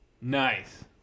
Nice